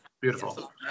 beautiful